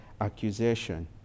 accusation